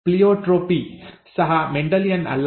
pleiotropy ಸಹ Mendelian ಅಲ್ಲ